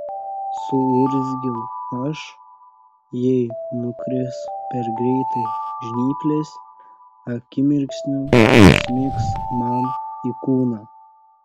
suurzgiau aš jei nukris per greitai žnyplės akimirksniu susmigs man į kūną